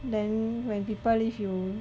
then when people leave you